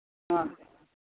हां